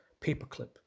paperclip